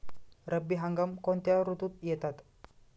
रब्बी हंगाम कोणत्या ऋतूत येतात?